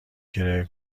کرایه